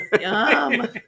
Yum